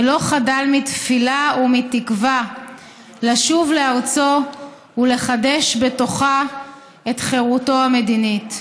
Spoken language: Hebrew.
ולא חדל מתפילה ומתקווה לשוב לארצו ולחדש בתוכה את חירותו המדינית.